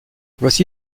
voici